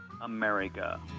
America